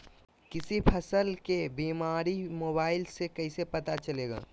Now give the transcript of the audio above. किसी फसल के बीमारी मोबाइल से कैसे पता चलेगा?